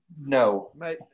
No